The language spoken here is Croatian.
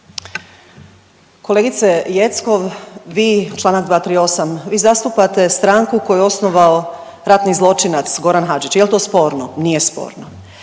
Kolegice Jeckov vi, čl. 238., vi zastupate stranku koju je osnovao ratni zločinac Goran Hadžić, jel to sporno? Nije sporno.